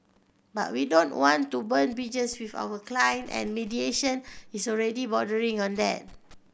but we don't want to burn bridges with our client and mediation is already bordering on then